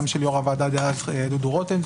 גם של יו"ר הוועדה דאז דודו רותם,